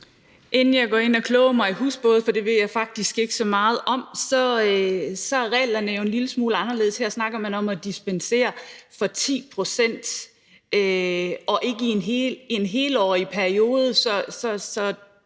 Inden jeg går ind og kloger mig på husbåde, for det ved jeg faktisk ikke så meget om, er reglerne jo en lille smule anderledes. Her snakker man om at dispensere for 10 pct. og ikke i en helårlig periode.